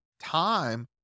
time